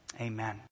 Amen